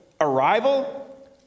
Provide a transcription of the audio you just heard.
arrival